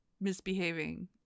misbehaving